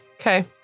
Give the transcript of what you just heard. Okay